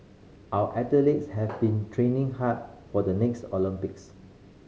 our athletes have been training hard for the next Olympics